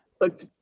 look